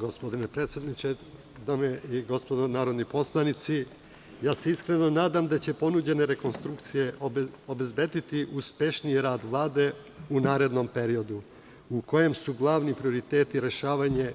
Gospodine predsedniče, dame i gospodo narodni poslanici, iskreno se nadam da će ponuđene rekonstrukcije obezbediti uspešniji rad Vlade u narednom periodu u kojem su glavni prioriteti rešavanje